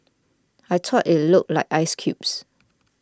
I thought it looked like ice cubes